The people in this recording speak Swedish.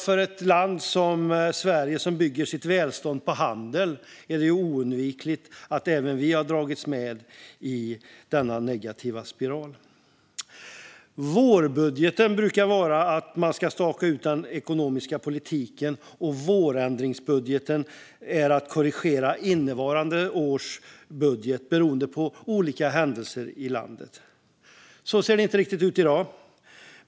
För ett land som Sverige, som bygger sitt välstånd på handel, har det varit oundvikligt att dras med i denna negativa spiral. Vårbudgeten brukar handla om att man ska staka ut den ekonomiska politiken, och vårändringsbudgeten brukar innebära att man korrigerar innevarande års budget beroende på olika händelser i landet. Så ser det inte riktigt ut i dag.